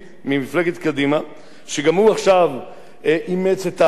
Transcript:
שגם הוא עכשיו אימץ את החוק שאני הבאתי אבל